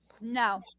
No